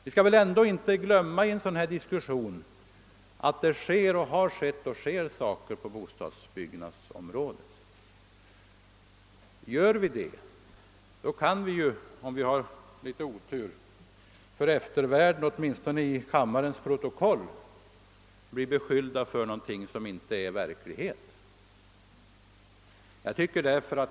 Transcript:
Vi skall inte heller i en sådan här diskussion glömma att det har skett och alitjämt sker saker på bostadsbyggnadsområdet. Gör vi inte det kan vi, om vi har litet otur, åtminstone i kammarens protokoll för eftervärlden bli beskyllda för någonting som inte är verklighet.